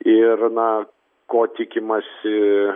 ir na ko tikimasi